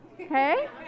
okay